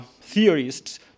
theorists